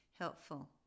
helpful